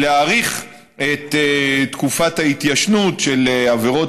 להאריך את תקופת ההתיישנות של עבירות